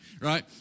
right